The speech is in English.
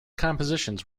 compositions